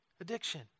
addiction